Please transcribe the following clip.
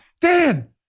Dan